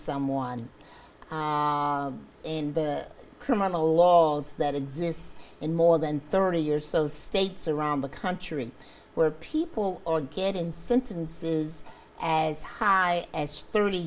someone in the criminal laws that exist in more than thirty years so states around the country where people are getting sentences as high as thirty